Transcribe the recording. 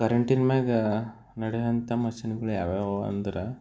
ಕರೆಂಟಿನ ಮ್ಯಾಗ ನಡೆವಂಥ ಮಶಿನ್ಗಳು ಯಾವ್ಯಾವು ಅಂದ್ರೆ